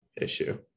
issue